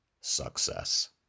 success